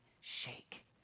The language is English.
shake